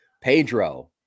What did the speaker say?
Pedro